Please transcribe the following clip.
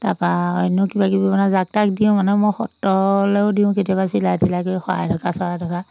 তাৰপৰা অন্য কিবাকিবি মানে যাক তাক দিওঁ মানে মই সত্ৰলৈও দিওঁ কেতিয়াবা চিলাই তিলাই কৰি শৰাই ঢকা চৰাই ঢকা